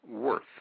worth